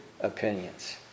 opinions